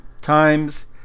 times